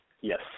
Yes